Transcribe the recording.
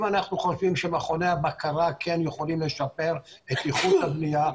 אם אנחנו חושבים שמכוני הבקרה כן יכולים לשפר את איכות הבנייה,